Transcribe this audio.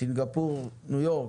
סינגפור, ניו יורק,